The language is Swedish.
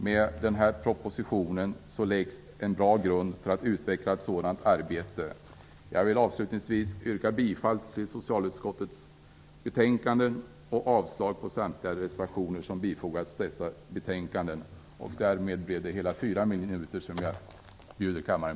Med denna proposition läggs en bra grund för att utveckla ett sådant arbete. Jag vill avslutningsvis yrka bifall till socialutskottets hemställan och avslag på samtliga reservationer som fogats till dessa betänkanden.